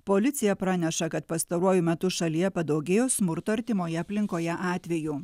policija praneša kad pastaruoju metu šalyje padaugėjo smurto artimoje aplinkoje atvejų